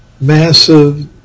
massive